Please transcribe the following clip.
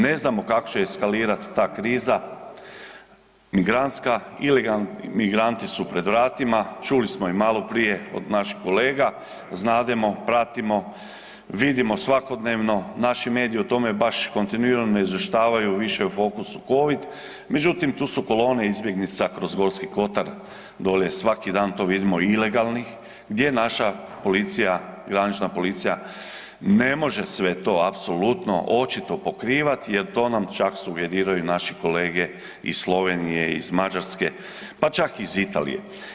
Ne znamo kako će eskalirati ta kriza migrantska, ilegalni migranti su pred vratima, čuli smo i maloprije od naših kolega, znademo, pratimo, vidimo svakodnevno, naši mediji o tome baš kontinuirano ne izvještavaju, više je u fokusu Covid, međutim, tu su kolone izbjeglica kroz Gorski kotar, dolje, svaki dan to vidimo, ilegalnih, gdje naša policija, granična policija ne može sve to apsolutno očito pokrivati jer to nam čak sugeriraju naši kolege iz Slovenije, iz Mađarske, pa čak iz Italije.